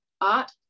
art